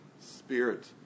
Spirit